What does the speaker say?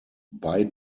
bei